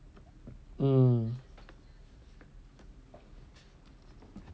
mm